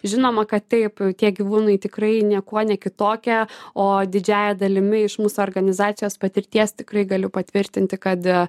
žinoma kad taip tie gyvūnai tikrai niekuo ne kitokia o didžiąja dalimi iš mūsų organizacijos patirties tikrai galiu patvirtinti kad